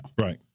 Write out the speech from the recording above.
Right